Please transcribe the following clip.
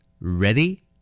Ready